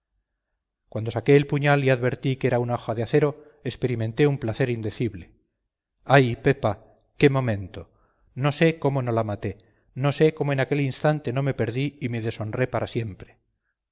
cuando saqué el puñal y advertí que era una hoja de acero experimenté un placer indecible ay pepa qué momento no sé cómo no la maté no sé cómo en aquel instante no me perdí y me deshonré para siempre